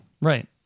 Right